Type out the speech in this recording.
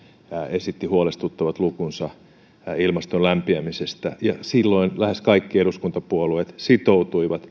esitti huolestuttavat lukunsa ilmaston lämpiämisestä silloin lähes kaikki eduskuntapuolueet sitoutuivat